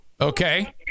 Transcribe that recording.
Okay